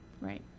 Right